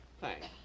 thanks